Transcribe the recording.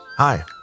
Hi